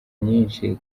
nyinshi